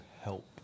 help